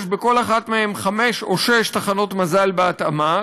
יש בכל אחת מהן חמש או שש תחנות מזל, בהתאמה.